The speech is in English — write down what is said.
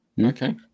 Okay